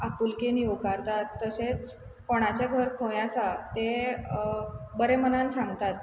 आपुलकेन येवकारतात तशेंच कोणाचें घर खंय आसा तें बरें मनान सांगतात